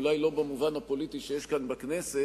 אולי לא במובן הפוליטי שיש כאן בכנסת,